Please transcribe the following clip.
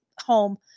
home